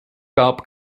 gab